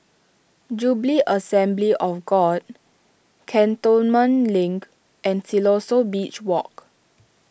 Jubilee Assembly of God Cantonment Link and Siloso Beach Walk